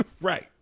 right